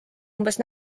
umbes